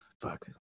Fuck